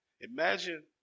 Imagine